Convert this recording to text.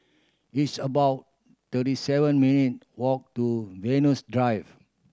it's about thirty seven minute walk to Venus Drive